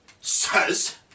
says